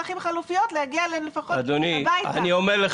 אני אתמול הייתי במחלף, אדוני.